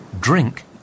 drink